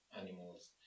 animals